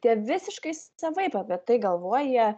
tai jie visiškai savaip apie tai galvoja